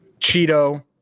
cheeto